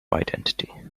identity